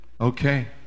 Okay